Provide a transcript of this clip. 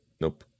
Nope